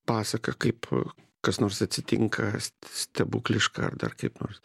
pasaka kaip kas nors atsitinka st stebukliška ar dar kaip nors